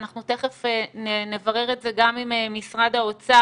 ואנחנו תיכף נברר את זה גם עם משרד האוצר,